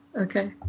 Okay